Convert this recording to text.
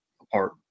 apart